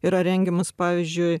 yra rengiamas pavyzdžiui